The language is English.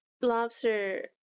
lobster